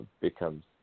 becomes